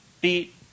beat